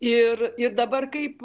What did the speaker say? ir ir dabar kaip